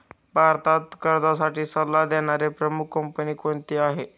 भारतात कर्जासाठी सल्ला देणारी प्रमुख कंपनी कोणती आहे?